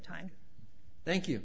time thank you